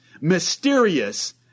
mysterious